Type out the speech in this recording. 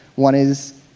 one is,